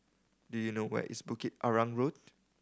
do you know where is Bukit Arang Road